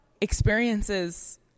experiences